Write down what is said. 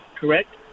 correct